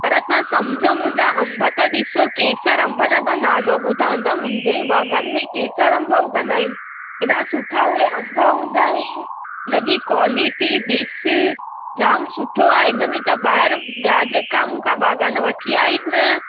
पर तव्हां सम्झो मुंहिंजा अंब त ॾिसो केसर अंब त तव्हां नालो ॿुधो हुंदुव मुंहिंजे बाग़नि में केसर अंब उगंदा आहिनि एॾा सुठा उहे अंभ हूंदा आहिनि हिनजी कॉलिटी देस्ट जामु सुठो आहे हिनमें त ॿाहिरि ॿिया जेका मुंहिंजा बाग़ान वठी आया आहिनि न